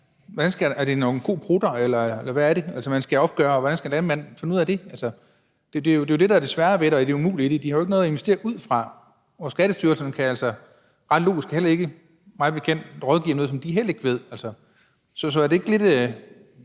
Hvad bliver CO2-afgiften på? Er det nogle koprutter, man skal opgøre, og hvordan skal landmanden finde ud af det? Det er jo det, der er det svære ved det og det umulige i det. De har jo ikke noget at investere ud fra, og Skattestyrelsen kan altså ret logisk ikke mig bekendt rådgive om noget, som de heller ikke ved. Så det bliver